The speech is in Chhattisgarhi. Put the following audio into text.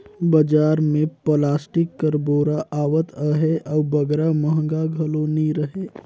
बजार मे पलास्टिक कर बोरा आवत अहे अउ बगरा महगा घलो नी रहें